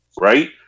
right